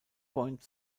point